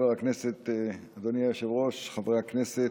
אדוני היושב-ראש, חברי הכנסת,